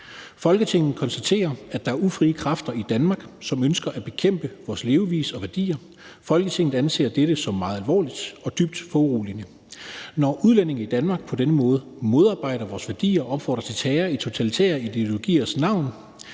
»Folketinget konstaterer, at der er ufrie kræfter i Danmark, som ønsker at bekæmpe vores levevis og værdier. Folketinget anser det som meget alvorligt og dybt foruroligende, når udlændinge i Danmark på denne måde modarbejder vores værdier og opfordrer til terror i totalitære ideologiers navn.